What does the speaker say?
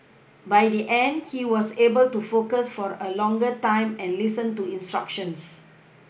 by the end he was able to focus for a longer time and listen to instructions